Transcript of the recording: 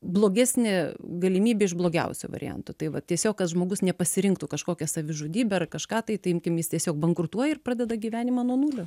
blogesnė galimybė iš blogiausio varianto tai va tiesiog kad žmogus nepasirinktų kažkokią savižudybę ar kažką tai tai imkim jis tiesiog bankrutuoja ir pradeda gyvenimą nuo nulio